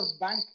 Bank